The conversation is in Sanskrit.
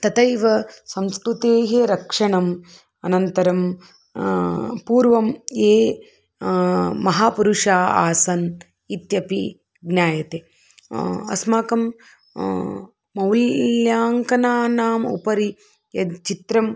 तथैव संस्कृतेः रक्षणम् अनन्तरं पूर्वं ये महापुरुषाः आसन् इत्यपि ज्ञायते अस्माकं मौल्याङ्कनानाम् उपरि यत् चित्रं